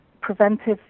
preventive